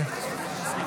מכובדי היושב-ראש, חבריי